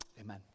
Amen